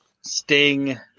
Sting